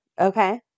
Okay